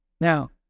Now